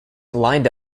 lined